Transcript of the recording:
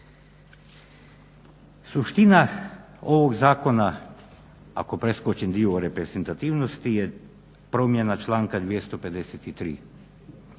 Suština ovog zakona, ako preskočim dio u reprezentativnosti je promjena članka 253.